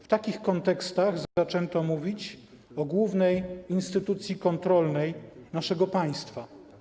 W takich kontekstach zaczęto mówić o głównej instytucji kontrolnej naszego państwa.